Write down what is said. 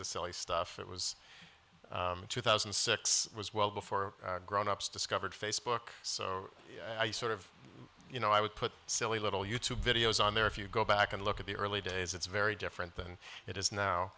of silly stuff it was two thousand and six was well before grown ups discovered facebook so i sort of you know i would put silly little youtube videos on there if you go back and look at the early days it's very different than it is now